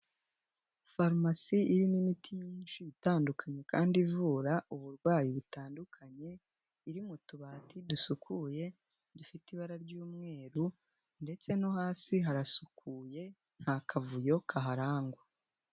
Farumasi irimo imiti myinshi itandukanye kandi ivura uburwayi butandukanye iri mu tubati dusukuye dufite ibara ry'umweru ndetse no hasi harasukuye nta kavuyo kaharangwa.